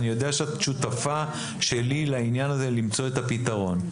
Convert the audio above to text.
אני יודע שאת שותפה שלי לעניין הזה למצוא את הפתרון,